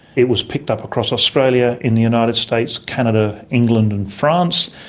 it was picked up across australia in the united states, canada, england and france,